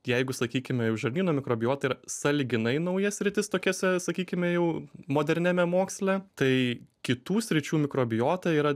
jeigu sakykime jau žarnyno mikrobiota yra sąlyginai nauja sritis tokiuose sakykime jau moderniame moksle tai kitų sričių mikrobiota yra